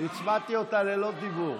הצמדתי אותה ללא דיבור.